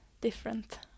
different